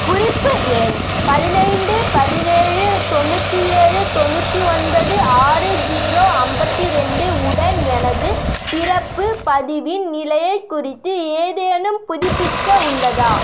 குறிப்பு எண் பதினைந்து பதினேழு தொண்ணூற்றி ஏழு தொண்ணூற்றி ஒன்பது ஆறு ஜீரோ ஐம்பத்தி ரெண்டு உடன் எனது பிறப்பு பதிவின் நிலையை குறித்து ஏதேனும் புதுப்பிக்க உள்ளதா